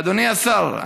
אדוני השר,